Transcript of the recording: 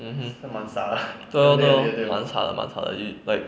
mmhmm 对 lor 对 lor 蛮傻的蛮傻的 you like